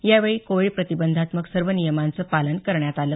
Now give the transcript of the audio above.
यावेळी कोविड प्रतिबंधात्मक सर्व नियमांचं पालन करण्यात आलं